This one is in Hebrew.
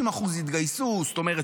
50% יתגייסו, זאת אומרת